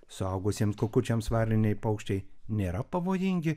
suaugusiems kukučiams varniniai paukščiai nėra pavojingi